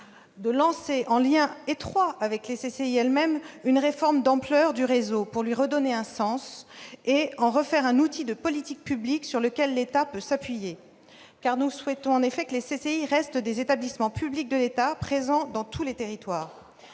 de lancer, en lien étroit avec les CCI elles-mêmes, une réforme d'ampleur du réseau pour lui redonner un sens et en refaire un outil de politique publique sur lequel l'État peut s'appuyer. Nous souhaitons que les CCI restent des établissements publics de l'État, présents dans tous les territoires.